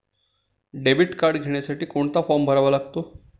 Debit card घेण्यासाठी कोणता form भरावा लागतो?